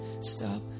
stop